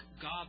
God